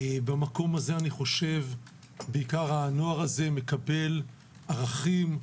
במקום הזה הנוער מקבל ערכים,